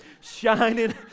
shining